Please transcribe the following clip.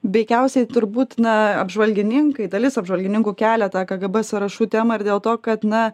veikiausiai turbūt na apžvalgininkai dalis apžvalgininkų kelia tą kgb sąrašų temą ir dėl to kad na